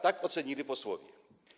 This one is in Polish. Tak to ocenili posłowie.